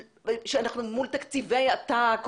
שאנחנו מול תקציב עתק.